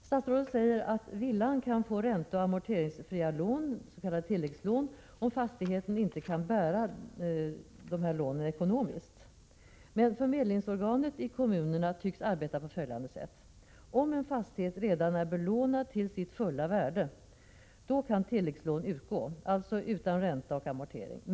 Statsrådet säger att man för villor kan få ränteoch amorteringsfria lån, s.k. tilläggslån, om fastigheten inte kan bära kostnaderna för åtgärderna ekonomiskt. Förmedlingsorganen i kommunerna tycks emellertid arbeta på följande sätt: Om en fastighet redan är belånad till sitt fulla värde, då kan tilläggslån, alltså ränteoch amorteringsfria lån, utgå.